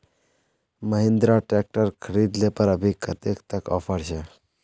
Mahindra tractor खरीद ले पर अभी कतेक तक ऑफर छे?